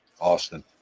Austin